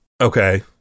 Okay